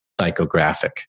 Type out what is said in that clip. psychographic